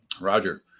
Roger